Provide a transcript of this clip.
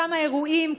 כמה אירועים,